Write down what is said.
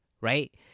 right